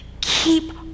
Keep